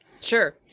Sure